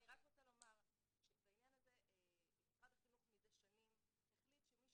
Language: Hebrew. אני רק רוצה לומר שבעניין הזה משרד החינוך מזה שנים החליט שמי